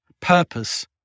purpose